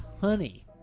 Honey